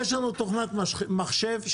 ויש לנו תוכנת מחשב שנותנת,